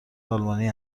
آلمان